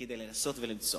כדי לנסות ולמצוא.